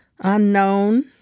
unknown